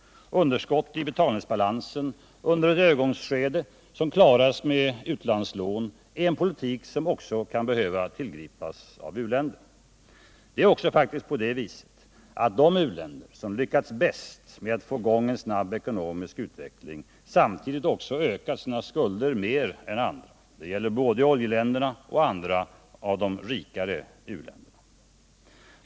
Underskott i betalningsbalansen under ett övergångsskede som klaras med utlandslån är en politik som också kan behöva tillgripas av u länder. Det är faktiskt också på det viset, att de u-länder som lyckats bäst med att få i gång en snabb ekonomisk utveckling samtidigt också ökat sina skulder mer än andra. Det gäller både oljeländerna och andra rikare u-länder.